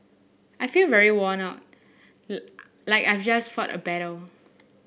I feel very worn out like I've just fought a battle